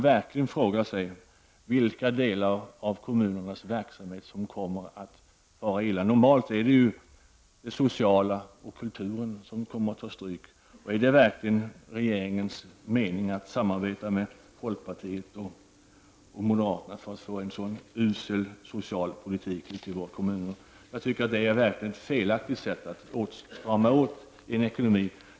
Vilka delar av kommunernas verksamhet är det som kommer att fara illa? Normalt är det de sociala och de kulturella verksamheterna som får ta stryk. Är det verkligen regeringens mening att samarbeta med folkpartiet och moderaterna för en sådan usel politik ute i våra kommuner? Det är verkligen ett felaktigt sätt att strama åt i en ekonomi.